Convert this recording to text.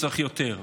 צריך יותר,